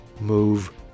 move